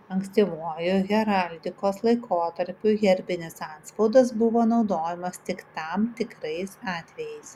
ankstyvuoju heraldikos laikotarpiu herbinis antspaudas buvo naudojimas tik tam tikrais atvejais